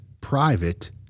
private